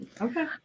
Okay